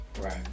Right